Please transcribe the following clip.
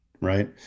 right